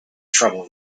trouble